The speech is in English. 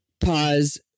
pause